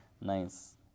Nice